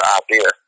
idea